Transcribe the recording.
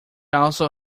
also